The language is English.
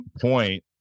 point